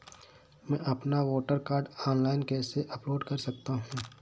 मैं अपना voter card online कैसे अपलोड कर सकता हूँ?